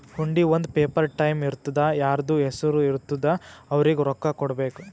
ಹುಂಡಿ ಒಂದ್ paper type ಇರ್ತುದಾ ಯಾರ್ದು ಹೆಸರು ಇರ್ತುದ್ ಅವ್ರಿಗ ರೊಕ್ಕಾ ಕೊಡ್ಬೇಕ್